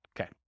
Okay